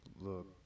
Look